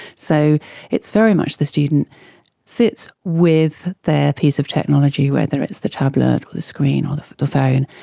so it's very much the student sits with their piece of technology, whether it's the tablet or the screen or the the phone,